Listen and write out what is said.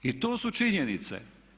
I to su činjenice.